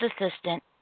assistant